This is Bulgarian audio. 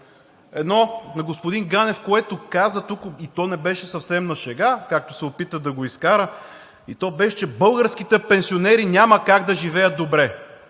Едното на господин Ганев, който каза тук – и то не беше съвсем на шега, както се опита да го изкара, че българските пенсионери няма как да живеят добре